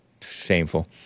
Shameful